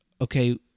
okay